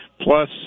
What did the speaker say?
plus